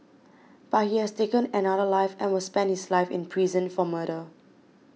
but he has taken another life and will spend his life in prison for murder